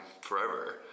forever